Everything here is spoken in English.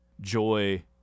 Joy